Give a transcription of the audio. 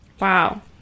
wow